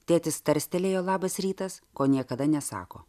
tėtis tarstelėjo labas rytas ko niekada nesako